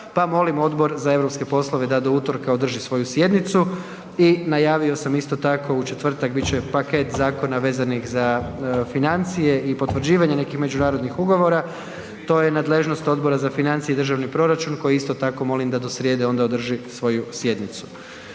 molim Odbor za europske poslove da do utorka održi svoju sjednicu. I najavio sam isto tako u četvrtak bit će paket zakona vezanih za financije i potvrđivanje nekih međunarodnih ugovora, to je nadležnog Odbora za financije i državni proračun koji isto tako molim da do srijede onda održi svoju sjednicu.